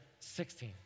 16